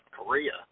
Korea